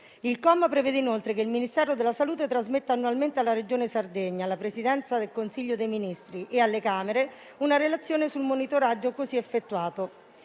Il comma prevede, inoltre, che il Ministero della salute trasmetta annualmente alla Regione Sardegna, alla Presidenza del Consiglio dei ministri e alle Camere una relazione sul monitoraggio così effettuato.